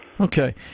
Okay